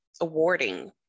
awarding